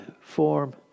form